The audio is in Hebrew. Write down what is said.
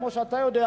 כמו שאתה יודע,